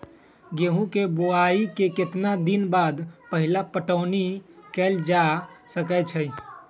गेंहू के बोआई के केतना दिन बाद पहिला पटौनी कैल जा सकैछि?